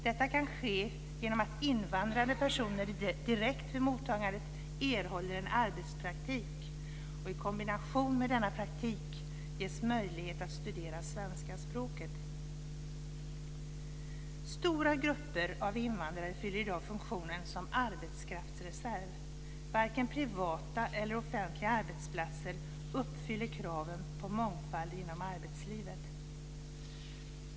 Detta kan ske genom att invandrade personer direkt vid mottagandet erhåller en arbetspraktik och i kombination med denna praktik ges möjlighet att studera svenska språket. Stora grupper av invandrare fyller i dag funktionen som arbetskraftsreserv. Varken privata eller offentliga arbetsplatser uppfyller kraven på mångfald inom arbetslivet.